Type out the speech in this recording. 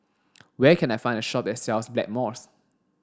where can I find a shop that sells Blackmores